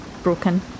broken